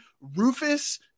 Rufus